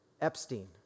Epstein